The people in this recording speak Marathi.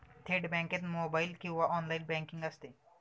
थेट बँकेत मोबाइल किंवा ऑनलाइन बँकिंग असते